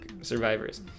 survivors